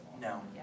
No